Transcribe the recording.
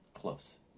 close